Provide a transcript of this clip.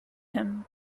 him